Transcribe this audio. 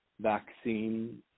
vaccine